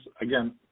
Again